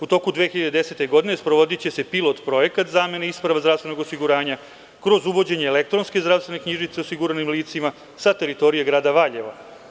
U toku 2010. godine sprovodiće se pilot projekat zamene isprava zdravstvenog osiguranja kroz uvođenje elektronske zdravstvene knjižice osiguranim licima sa teritorije grada Valjevo.